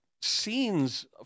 scenes